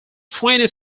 twenty